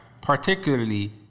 particularly